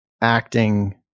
acting